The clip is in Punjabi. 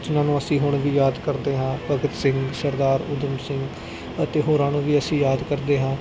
ਜਿਹਨਾਂ ਨੂੰ ਅਸੀਂ ਹੁਣ ਵੀ ਯਾਦ ਕਰਦੇ ਹਾਂ ਭਗਤ ਸਿੰਘ ਸਰਦਾਰ ਊਧਮ ਸਿੰਘ ਅਤੇ ਹੋਰਾਂ ਨੂੰ ਵੀ ਅਸੀਂ ਯਾਦ ਕਰਦੇ ਹਾਂ